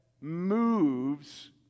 moves